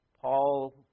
Paul